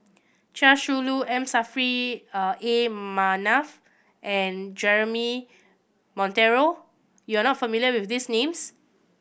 Chia Shi Lu M Saffri A Manaf and Jeremy Monteiro you are not familiar with these names